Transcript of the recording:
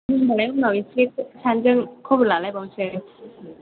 होनबालाय उनाव एसे सानैजों खबर लालायबावनोसै